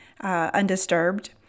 undisturbed